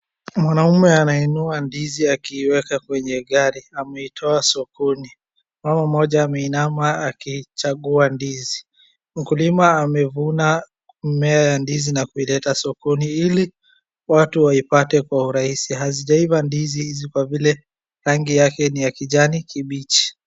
Mwanaume anainua ndizi akiiweka kwenye gari, ameitoa sokoni. Mama mmoja ameinama akichagua ndizi. Mkulima amevuna mimea ya ndizi na kuileta sokoni ili watu waipate kwa urahisi. Hazijaiva ndizi hizi kwa vile rangi yake ni ya kijani kibichi.